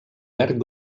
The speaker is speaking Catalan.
verd